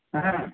ಹಾಂ